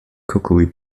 cookery